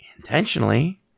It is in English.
intentionally